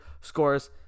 scores